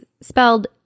spelled